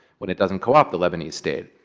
when it doesn't co-opt the lebanese state.